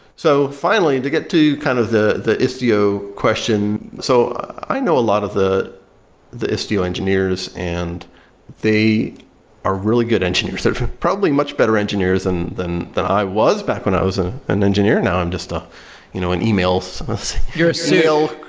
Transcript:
so finally, to get to kind of the the istio question, so i know a lot of the the istio engineers and they are really good engineers. they're probably much better engineers and than than i was back when i was and an engineer. now i'm just ah you know an e-mail so you're a suit so